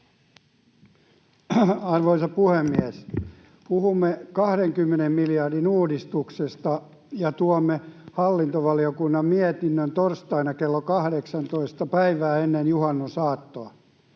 Arvoisa puhemies! Puhumme 20 miljardin uudistuksesta ja tuomme hallintovaliokunnan mietinnön torstaina klo 18, päivää ennen juhannusaattoa.